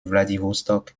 vladivostok